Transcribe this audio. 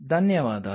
ధన్యవాదాలు